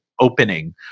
opening